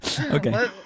Okay